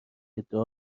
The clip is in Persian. ادعا